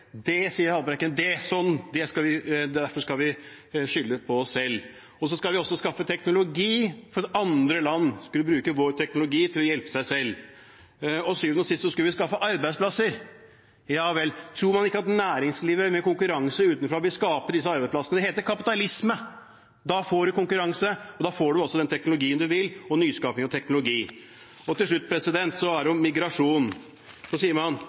Det sier Haltbrekken, og derfor skal vi skylde på oss selv. Så skal vi også skaffe teknologi for at andre land skal bruke vår teknologi til å hjelpe seg selv. Og til syvende og sist skal vi skaffe arbeidsplasser. Ja vel, tror man ikke at næringslivet med konkurranse utenfra vil skape disse arbeidsplassene? Det heter kapitalisme. Da får man konkurranse, og da får man den teknologien og nyskapingen man vil. Til slutt, om migrasjon: Man sier at migrasjonskrisen ikke kan løses nasjonalt. Det er helt sant, men den kan heller ikke løses på